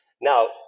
Now